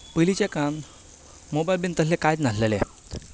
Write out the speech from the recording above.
पयलींच्या काळांत मोबायल बी तसलें कांयच नाशिल्लें